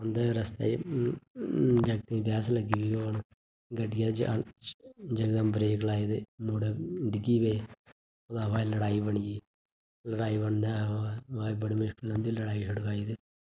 औंदे रस्ते च जागतें दी बैह्स लग्गी गेई होन गड्डी आह्ले जकदम ब्रेक लाई ते मुड़े डि'ग्गी पेय ओह्दे बाद च लड़ाई बनी गेई लड़ाई बनी ते माए बड़ी मुश्किल उं'दी लड़ाई छुड़काई ते